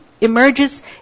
emerges